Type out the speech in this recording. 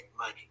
money